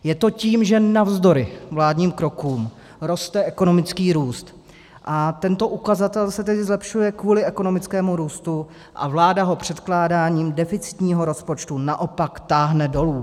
Je to tím, že navzdory vládním krokům roste ekonomický růst, tento ukazatel se tedy zlepšuje kvůli ekonomickému růstu a vláda ho předkládáním deficitního rozpočtu naopak táhne dolů.